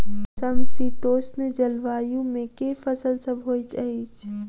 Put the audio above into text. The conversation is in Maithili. समशीतोष्ण जलवायु मे केँ फसल सब होइत अछि?